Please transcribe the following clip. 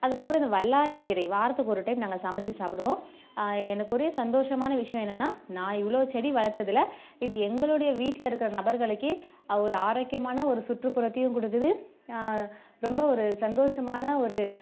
அதுக்கப்புறம் இந்த வல்லாரை கீரை வாரத்துக்கு ஒரு டைம் நாங்கள் சமைச்சி சாப்பிடுவோம் எனக்கு ஒரே சந்தோஷமான விஷயம் என்னென்னா நான் இவ்வளோ செடி வளர்த்ததுல இது எங்களுடைய வீட்டிலருக்குற நபர்களுக்கே ஒரு ஆரோக்கியமான ஒரு சுற்றுப்புறத்தையும் கொடுக்குது ரொம்ப ஒரு சந்தோஷமான ஒரு